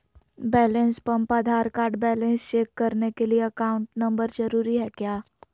Balance pump Aadhaar card balance check करने के लिए अकाउंट नंबर जरूरी है क्या?